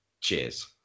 Cheers